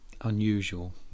unusual